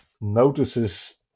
notices